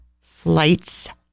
Flights